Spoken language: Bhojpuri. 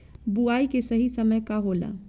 बुआई के सही समय का होला?